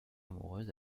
amoureuse